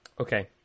Okay